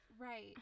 Right